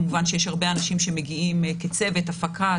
כמובן שיש הרבה אנשים שמגיעים כצוות הפקה,